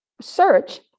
search